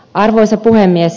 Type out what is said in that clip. arvoisa puhemies